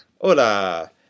Hola